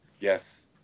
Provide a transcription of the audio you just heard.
Yes